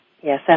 Yes